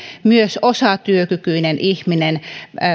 myös jokainen osatyökykyinen ihminen